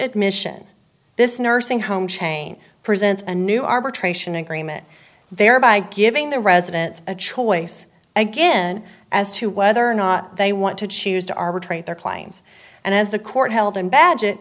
admission this nursing home chain presents a new arbitration agreement thereby giving the residents a choice again as to whether or not they want to choose to arbitrate their claims and as the court held in badge